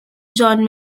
john